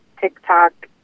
TikTok